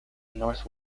north